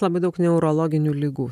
labai daug neurologinių ligų